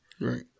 Right